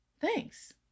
thanks